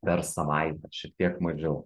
per savaitę šiek tiek mažiau